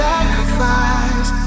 Sacrifice